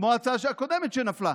כמו ההצעה הקודמת שנפלה,